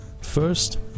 First